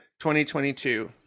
2022